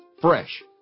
Fresh